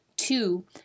Two